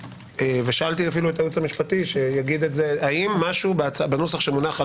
ושאלתי אפילו את הייעוץ המשפטי האם משהו בנוסח שמונח על